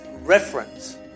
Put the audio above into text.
reference